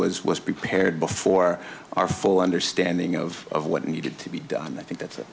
was was prepared before our full understanding of what needed to be done and i think that's a